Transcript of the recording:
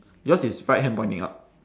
yours is right hand pointing up